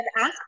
ask